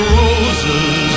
roses